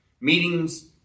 meetings